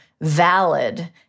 valid